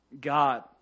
God